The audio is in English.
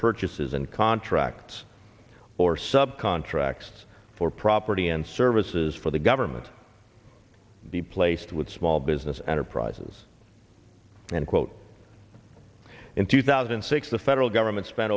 purchases and contracts or sub contracts for property and services for the government be placed with small business enterprises and quote in two thousand and six the federal government spent